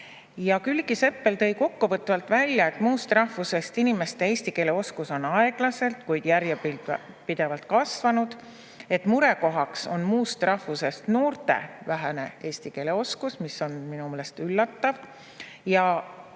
Külliki Seppel tõi kokkuvõtvalt välja, et muust rahvusest inimeste eesti keele oskus on aeglaselt, kuid järjepidevalt kasvanud. Murekohaks on muust rahvusest noorte vähene eesti keele oskus, mis on minu meelest üllatav. On